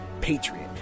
patriot